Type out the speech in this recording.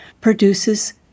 produces